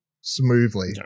smoothly